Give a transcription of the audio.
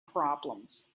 problems